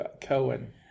Cohen